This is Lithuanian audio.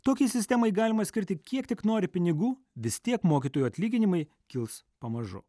tokiai sistemai galima skirti kiek tik nori pinigų vis tiek mokytojų atlyginimai kils pamažu